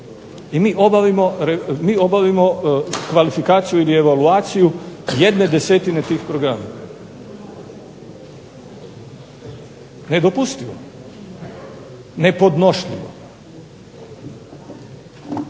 I mi obavimo kvalifikaciju ili evaluaciju jedne desetine tih programa. Nedopustivo. Nepodnošljivo.